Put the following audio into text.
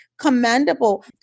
commendable